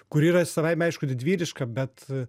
kuri yra savaime aišku didvyriška bet